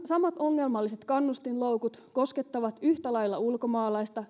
samat ongelmalliset kannustinloukut koskettavat yhtä lailla ulkomaalaista